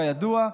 כידוע,